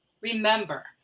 remember